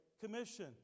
Commission